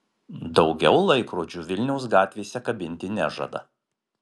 daugiau laikrodžių vilniaus gatvėse kabinti nežada